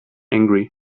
angry